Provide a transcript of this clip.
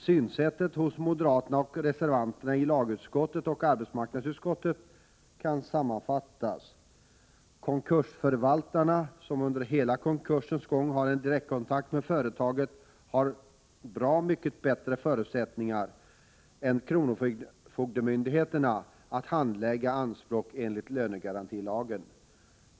Synsättet hos motionärerna och reservanterna i lagutskottet och arbetsmarknadsutskottet kan sammanfattas på följande sätt. Konkursförvaltarna, som under hela konkursens gång har en direktkontakt med företaget, har mycket bättre förutsättningar än kronofogdemyndigheterna att handlägga anspråk enligt lönegarantilagen.